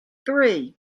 three